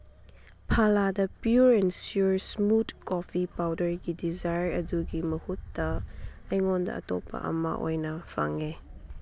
ꯐꯥꯂꯥꯗ pure and smooth coffee ꯄꯥꯎꯗꯔꯒꯤ ꯗꯤꯖꯌꯔ ꯑꯗꯨꯒꯤ ꯃꯍꯨꯠꯇ ꯑꯩꯉꯣꯟꯗ ꯑꯇꯣꯞꯄ ꯑꯃ ꯑꯣꯏꯅ ꯐꯪꯉꯦ